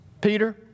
Peter